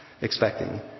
expecting